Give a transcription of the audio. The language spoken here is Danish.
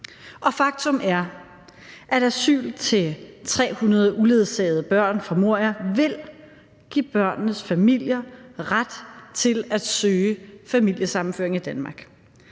Faktum er, at asyl til 300 uledsagede børn fra Moria vil give børnenes familier ret til at søge familiesammenføring i Danmark.